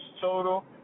total